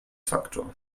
faktor